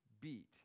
beat